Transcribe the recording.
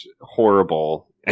horrible